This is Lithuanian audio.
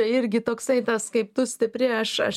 irgi toksai tas kaip tu stipri aš aš